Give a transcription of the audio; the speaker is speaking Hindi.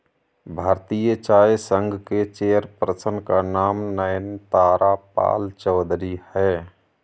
भारतीय चाय संघ के चेयर पर्सन का नाम नयनतारा पालचौधरी हैं